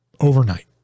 overnight